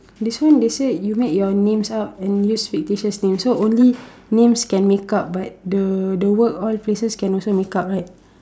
this one they say you make your names up and use fictitious names so only names can make up but the the work all places can also make up right